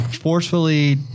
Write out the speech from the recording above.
forcefully